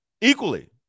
equally